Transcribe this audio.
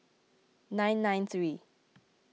nine nine three